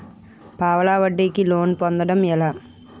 పావలా వడ్డీ కి లోన్ పొందటం ఎలా?